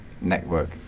network